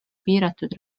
piiratud